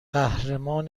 قهرمان